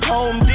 Home